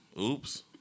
Oops